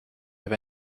have